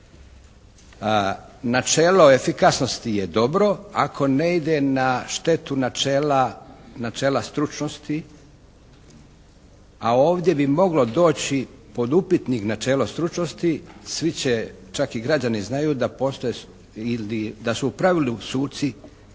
Načelo efikasnosti je dobro ako ne ide na štetu načela stručnosti a ovdje bi moglo doći pod upitnik načelo stručnosti, svi će, čak i građani znaju da postoje ili da